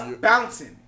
bouncing